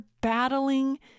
battling